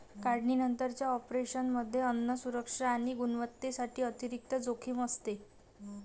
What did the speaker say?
काढणीनंतरच्या ऑपरेशनमध्ये अन्न सुरक्षा आणि गुणवत्तेसाठी अतिरिक्त जोखीम असते